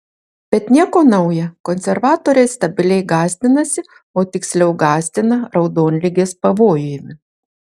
bet nieko nauja konservatoriai stabiliai gąsdinasi o tiksliau gąsdina raudonligės pavojumi